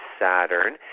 Saturn